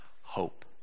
Hope